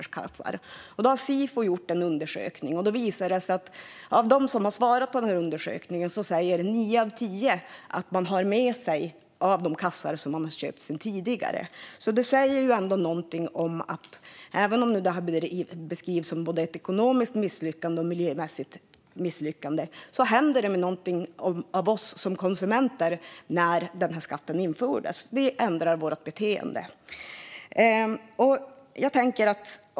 Sifo har gjort en undersökning, och det visar sig att bland dem som har svarat på undersökningen är det nio av tio som säger att de har med sig kassar som de köpt tidigare. Även om skatten nu beskrivs som både ett ekonomiskt och ett miljömässigt misslyckande kan vi se att det hände något med oss som konsumenter när skatten infördes. Vi ändrar vårt beteende.